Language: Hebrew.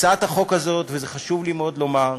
הצעת החוק הזאת, וחשוב לי מאוד לומר זאת,